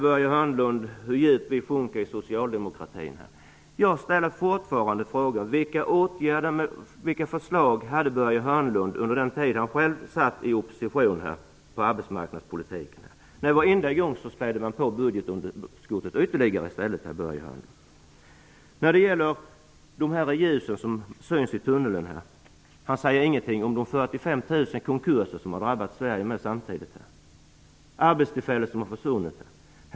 Börje Hörnlund nämnde att vi i socialdemokratin sjunker djupt. Jag ställer fortfarande frågan om vilka förslag Börje Hörnlund hade på arbetsmarknadspolitikens område när han själv satt i opposition. Varje gång späder man i stället på budgetunderskottet ytterligare, Börje Hörnlund. Det talas om ljus som syns i tunneln. Börje Hörnlund säger ingenting om de 45 000 konkurser som har drabbat Sverige och där arbetstillfällen har försvunnit.